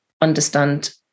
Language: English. understand